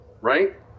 right